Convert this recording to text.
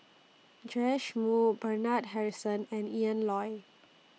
Joash Moo Bernard Harrison and Ian Loy